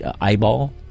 eyeball